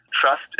trust